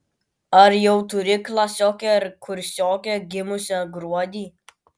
ar jau turi klasiokę ar kursiokę gimusią gruodį